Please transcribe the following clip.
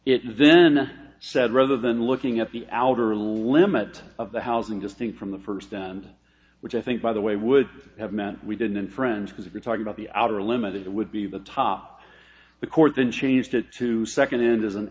it then said rather than looking at the outer limit of the housing just thing from the first then which i think by the way would have meant we didn't friends because if you're talking about the outer limit it would be the top the court then changed it to second hand as an